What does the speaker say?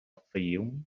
fayoum